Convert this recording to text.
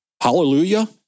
Hallelujah